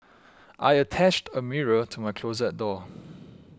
I attached a mirror to my closet door